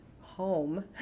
home